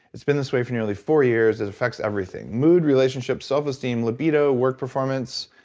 it's been this way for nearly four years. it affects everything. mood, relationships, self-esteem, libido, work performance.